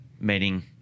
meeting